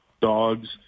dogs